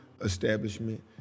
establishment